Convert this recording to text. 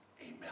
Amen